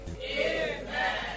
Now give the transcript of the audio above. Amen